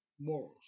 morals